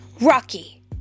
Rocky